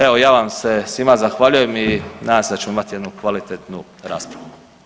Evo, ja vam se svima zahvaljujem i nadam se da ćemo imati jednu kvalitetnu raspravu.